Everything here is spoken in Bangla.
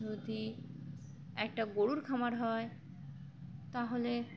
যদি একটা গরুর খামার হয় তাহলে